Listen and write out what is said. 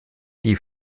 die